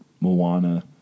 Moana